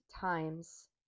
times